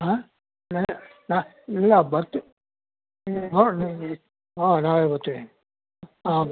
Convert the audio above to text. ಹಾಂ ನನಗೆ ನಾ ಇಲ್ಲ ಬರ್ತೀವಿ ನೋಡೋಣ ಈ ಹಾಂ ನಾಳೆ ಬರ್ತೀವಿ ಹಾಂ